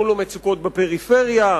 מול המצוקות בפריפריה,